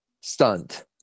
stunt